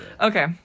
Okay